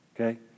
okay